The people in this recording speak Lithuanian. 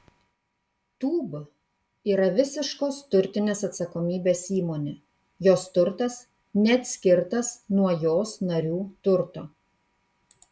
tūb yra visiškos turtinės atsakomybės įmonė jos turtas neatskirtas nuo jos narių turto